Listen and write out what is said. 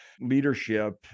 leadership